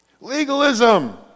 Legalism